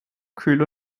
kühl